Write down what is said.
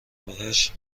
بهش